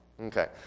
Okay